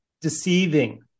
deceiving